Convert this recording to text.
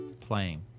playing